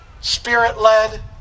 spirit-led